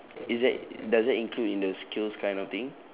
is that does that include in the skills kind of thing